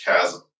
chasm